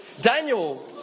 Daniel